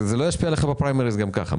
זה לא ישפיע עליך בפריימריז גם ככה.